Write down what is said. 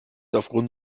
aufgrund